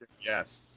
Yes